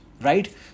Right